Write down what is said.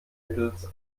mittels